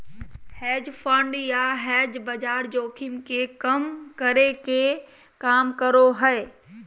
hedge fund या hedge बाजार जोखिम के कम करे के काम करो हय